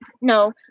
no